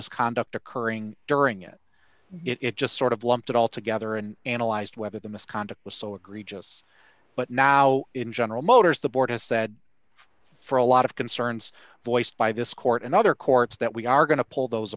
misconduct occurring during it it just sort of lumped it all together and analyzed whether the misconduct was so egregious but not how in general motors the board us said for a lot of concerns voiced by this court and other courts that we are going to pull those